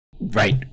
Right